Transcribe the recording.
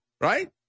right